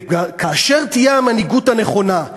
וכאשר תהיה המנהיגות הנכונה,